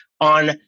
on